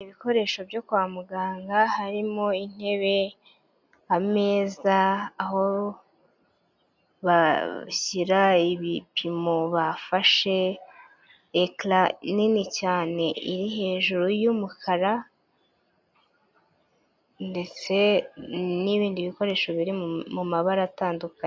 Ibikoresho byo kwa muganga, harimo intebe, ameza aho bashyira ibipimo bafashe, ekara nini cyane iri hejuru y'umukara, ndetse n'ibindi bikoresho biri mu mabara atandukanye.